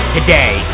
Today